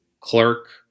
clerk